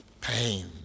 pain